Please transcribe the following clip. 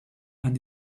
and